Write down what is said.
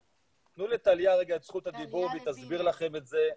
תנו לטליה את זכות הדיבור והיא תסביר לכם את זה.